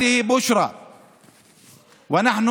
(אומר דברים בשפה הערבית, להלן תרגומם: וזו בשורה.